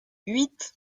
huit